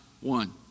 one